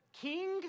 king